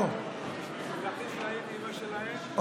להכניס לאימ-אימא שלהם,